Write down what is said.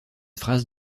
phrase